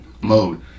mode